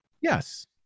yes